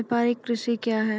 व्यापारिक कृषि क्या हैं?